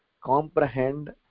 Comprehend